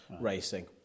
racing